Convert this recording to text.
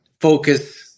focus